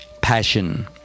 passion